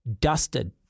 dusted